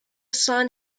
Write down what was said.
sun